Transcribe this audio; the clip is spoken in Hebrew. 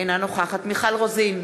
אינה נוכחת מיכל רוזין,